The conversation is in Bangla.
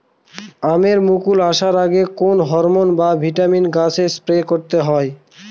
আমের মোল আসার আগে কোন হরমন বা ভিটামিন গাছে স্প্রে করতে হয়?